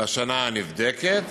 בשנה הנבדקת,